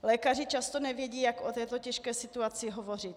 Lékaři často nevědí, jak o této těžké situaci hovořit.